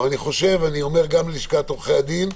אבל אני חושב, אני אומר גם ללשכת עורכי הדין,